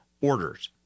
orders